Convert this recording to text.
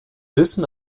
wissen